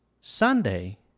Sunday